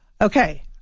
Okay